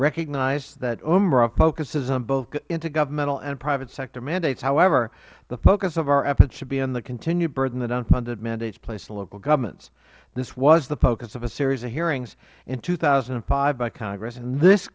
recognize that umra focuses on both intergovernmental and private sector mandates however the focus of our efforts should be on the continued burden that unfunded mandates place on local governments this was the focus of a series of hearings in two thousand and five by congress in this